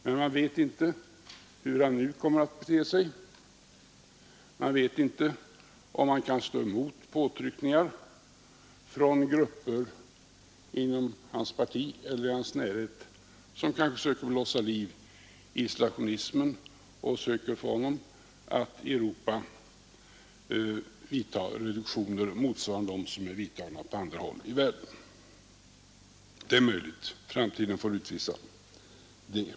Men man vet inte hur han nu kommer att bete sig; man vet inte om han kan stå emot påtryckningar från grupper inom hans parti eller i hans närhet som kanske söker blåsa liv i isolationismen och söker få honom att i Europa vidta reduktioner motsvarande dem som är vidtagna på andra håll i världen. Det är möjligt — framtiden får utvisa det.